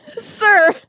Sir